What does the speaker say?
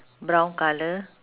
brown colour